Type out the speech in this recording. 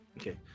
Okay